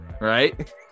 right